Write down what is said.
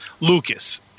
Lucas